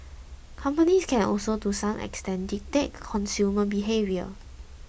companies can also to some extent dictate consumer behaviour